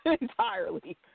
entirely